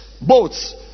boats